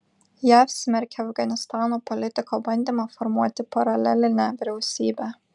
jav smerkia afganistano politiko bandymą formuoti paralelinę vyriausybę